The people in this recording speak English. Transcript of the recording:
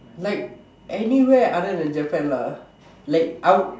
like anywhere other than Japan lah like I would